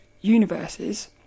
universes